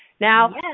Now